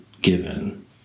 given